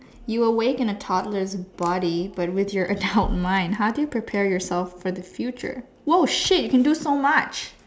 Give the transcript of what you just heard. you awake in a toddler's body but with your adult mind how do you prepare yourself for the future !whoa! shit you can do so much